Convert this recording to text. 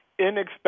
inexpensive